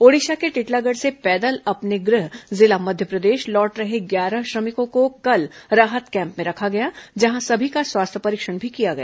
ओडिशा के टिटलागढ़ से पैदल अपने गृह जिला मध्य प्र देश लौट रहे ग्यारह श्रमिकों को कल राहत कैंप में रखा गया जहां सभी का स्वास्थ्य परीक्षण भी किया गया